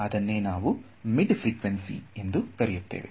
ಅದನ್ನೇ ನಾವು mid frequency ಎಂದು ಕರೆಯುತ್ತೇವೆ